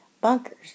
bunkers